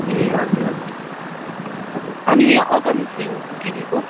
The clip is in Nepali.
ए हजुर हजुर हजुर अनि यहाँ अगमसिंह गिरीको